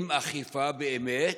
עם אכיפה באמת,